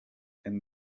and